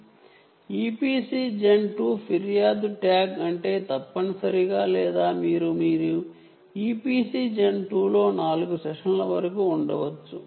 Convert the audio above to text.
EPC gen 2 ఫిర్యాదు tag అంటే తప్పనిసరిగా లేదా మీరు EPC gen 2 లో 4 సెషన్ల వరకు ఉండవచ్చు